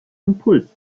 impuls